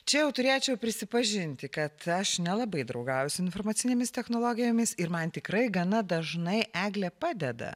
čia jau turėčiau prisipažinti kad aš nelabai draugauju su informacinėmis technologijomis ir man tikrai gana dažnai eglė padeda